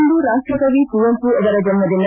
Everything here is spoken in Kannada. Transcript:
ಇಂದು ರಾಷ್ಟಕವಿ ಕುವೆಂಮ ಅವರ ಜನ್ಮದಿನ